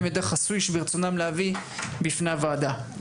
מידע חסוי שברצונם להביא בפני הוועדה.